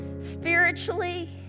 spiritually